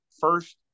first